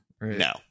No